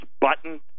button